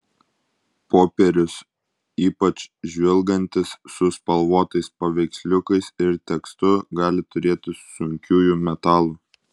popierius ypač žvilgantis su spalvotais paveiksliukais ir tekstu gali turėti sunkiųjų metalų